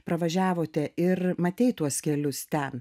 pravažiavote ir matei tuos kelius ten